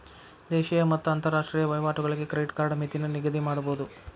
ದೇಶೇಯ ಮತ್ತ ಅಂತರಾಷ್ಟ್ರೇಯ ವಹಿವಾಟುಗಳಿಗೆ ಕ್ರೆಡಿಟ್ ಕಾರ್ಡ್ ಮಿತಿನ ನಿಗದಿಮಾಡಬೋದು